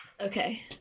Okay